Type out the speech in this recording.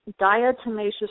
diatomaceous